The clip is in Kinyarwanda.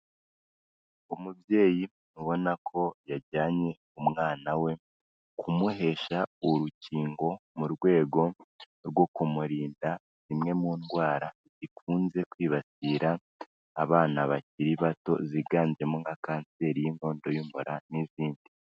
Umubyeyi ubona ko yajyanye umwana we kumuhesha urukingo mu rwego rwo kumurinda zimwe mu ndwara zikunze kwibasirara abana bakiri bato, ziganjemo nka kanseri y'inkondo y'umura n'izindi.